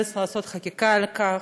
לעשות במרס חקיקה על כך.